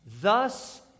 Thus